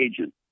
agent